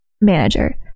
manager